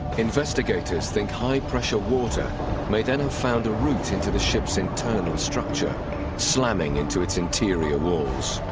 investigators think high pressure water may denham found a route into the ship's internal structure slamming into its interior walls